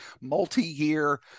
multi-year